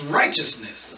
righteousness